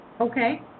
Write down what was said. Okay